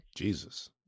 Jesus